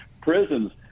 prisons